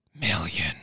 million